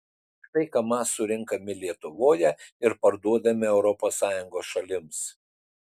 štai kamaz surenkami lietuvoje ir parduodami europos sąjungos šalims